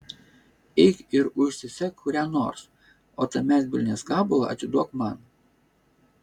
eik ir užsisek kurią nors o tą medvilnės gabalą atiduok man